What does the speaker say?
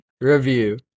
review